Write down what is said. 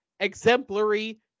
exemplary